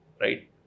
right